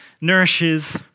nourishes